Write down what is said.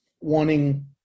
wanting